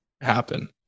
happen